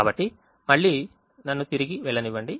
కాబట్టి మళ్ళీ నన్ను తిరిగి వెళ్ళనివ్వండి